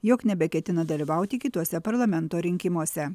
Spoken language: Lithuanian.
jog nebeketina dalyvauti kituose parlamento rinkimuose